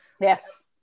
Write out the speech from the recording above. Yes